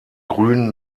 grün